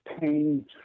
pain